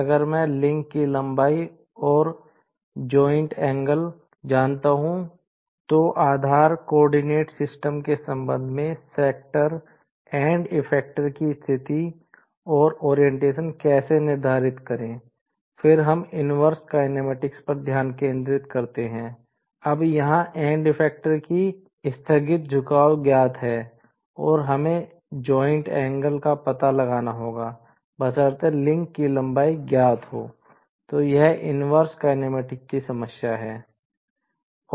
अब यहां end effector की समस्या है